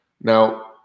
Now